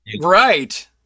right